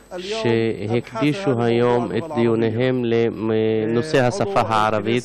שהקדישו היום את דיוניהם לנושא השפה הערבית.